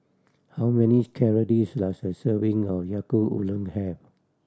how many calories does a serving of Yaki Udon have